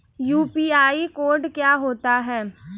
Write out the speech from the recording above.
UPI code क्या होता है?